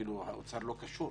והאוצר אפילו לא קשור.